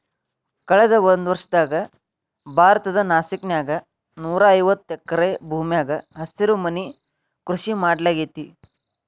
ಕಳದ ಒಂದ್ವರ್ಷದಾಗ ಭಾರತದ ನಾಸಿಕ್ ನ್ಯಾಗ ನೂರಾಐವತ್ತ ಎಕರೆ ಭೂಮ್ಯಾಗ ಹಸಿರುಮನಿ ಕೃಷಿ ಮಾಡ್ಲಾಗೇತಿ